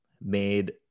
made